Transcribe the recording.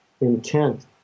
intent